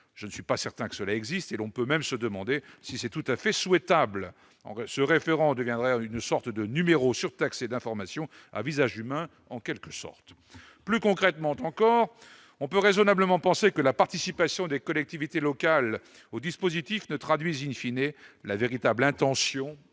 je ne suis pas certain que cela existe, et l'on peut même se demander si c'est tout à fait souhaitable en se référant deviendrait une sorte de numéros surtaxés d'informations à visage humain en quelque sorte plus concrètement doit encore, on peut raisonnablement penser que la participation des collectivités locales au dispositif ne traduisent une fine et la véritable intention